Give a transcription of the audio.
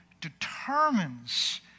determines